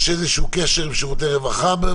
יש איזשהו קשר לשירותי רווחה?